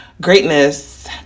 greatness